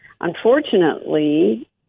Unfortunately